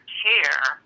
care